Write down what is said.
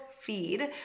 feed